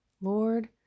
Lord